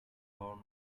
horn